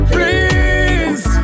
Please